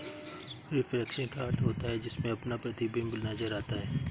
reflection का अर्थ होता है जिसमें अपना प्रतिबिंब नजर आता है